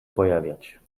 pojawiać